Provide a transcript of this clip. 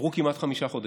עברו כמעט חמישה חודשים.